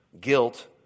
guilt